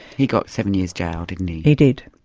he got seven years' jail, didn't he? he did.